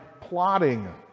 plotting